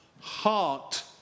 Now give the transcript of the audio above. heart